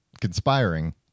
conspiring